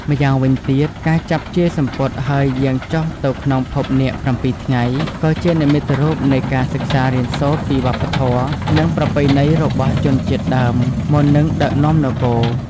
ម្យ៉ាងវិញទៀត ការចាប់ជាយសំពត់ហើយយាងចុះទៅក្នុងភពនាគ ៧ ថ្ងៃ ក៏ជានិមិត្តរូបនៃការសិក្សារៀនសូត្រពីវប្បធម៌ និងប្រពៃណីរបស់ជនជាតិដើម មុននឹងដឹកនាំនគរ។